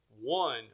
one